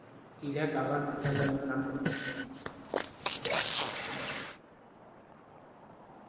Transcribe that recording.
किड़ा काबर फसल ल नुकसान पहुचाथे?